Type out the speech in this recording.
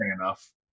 enough